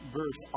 verse